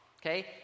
okay